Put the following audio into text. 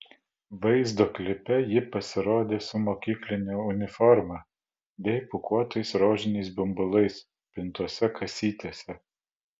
vaizdo klipe ji pasirodė su mokykline uniforma bei pūkuotais rožiniais bumbulais pintose kasytėse